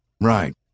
Right